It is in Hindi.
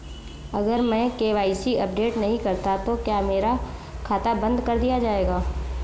अगर मैं के.वाई.सी अपडेट नहीं करता तो क्या मेरा खाता बंद कर दिया जाएगा?